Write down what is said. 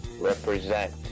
represent